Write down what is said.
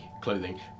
clothing